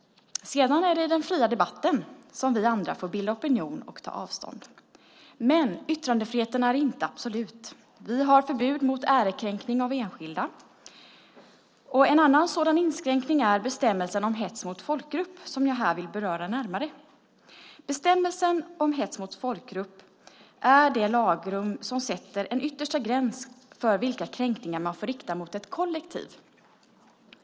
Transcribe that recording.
Sedan är det i den fria debatten som vi andra får bilda opinion och ta avstånd. Men yttrandefriheten är inte absolut. Vi har förbud mot ärekränkning av enskilda. En annan sådan inskränkning är bestämmelsen om hets mot folkgrupp, som jag här vill beröra närmare. Bestämmelsen om hets mot folkgrupp är det lagrum som sätter en yttersta gräns för vilka kränkningar man får rikta mot ett kollektiv.